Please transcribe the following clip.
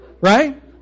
Right